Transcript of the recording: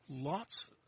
lots